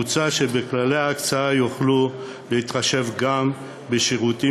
מוצע שבכללי ההקצאה יוכלו להתחשב גם בשירותים